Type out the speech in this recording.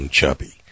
Chubby